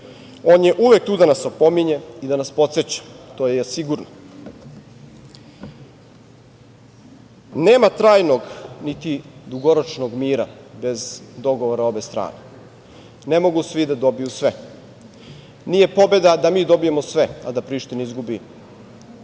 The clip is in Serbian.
on je uvek tu da nas opominje i da nas podseća, to je sigurno. Nema trajnog niti dugoročnog mira bez dogovora obe strane. Ne mogu svi da dobiju sve. Nije pobeda da mi dobijemo sve, a da Priština izgubi